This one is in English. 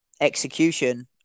execution